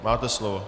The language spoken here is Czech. Máte slovo.